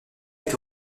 est